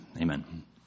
Amen